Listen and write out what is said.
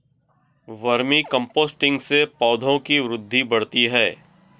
vermi composting से पौधों की वृद्धि बढ़ती है